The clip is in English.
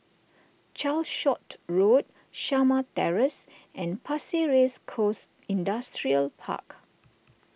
Calshot Road Shamah Terrace and Pasir Ris Coast Industrial Park